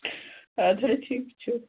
اَدٕ حظ ٹھیٖک چھُ